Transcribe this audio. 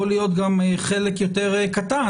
יכול להיות גם חלק יותר קטן,